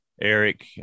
Eric